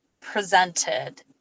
presented